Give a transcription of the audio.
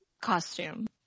costume